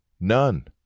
None